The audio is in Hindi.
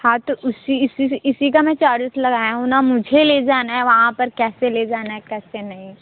हाँ तो इस इसी का मैं चार्जस लगाया हूँ ना मुझे ले जाना है वहाँ पर कैसे ले जाना है कैसे नहीं